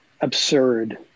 Absurd